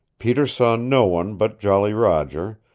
peter saw no one but jolly roger,